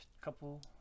couple